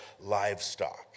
livestock